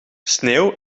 sneeuw